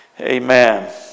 Amen